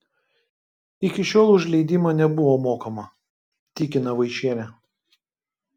iki šiol už leidimą nebuvo mokama tikina vaičienė